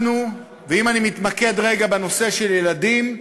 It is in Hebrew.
אם אני מתמקד רגע בנושא של ילדים,